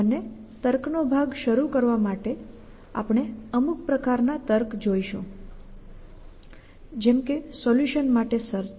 અને તર્કનો ભાગ શરુ કરવા માટે આપણે અમુક પ્રકારના તર્ક જોઈશું જેમ કે સોલ્યૂશન માટે સર્ચ